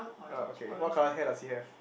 uh okay what colour hair does he have